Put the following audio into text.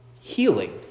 healing